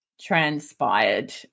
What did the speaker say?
transpired